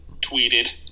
tweeted